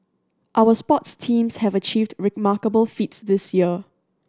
our sports teams have achieved remarkable feats this year